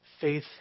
faith